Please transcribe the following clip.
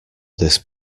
this